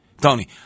Tony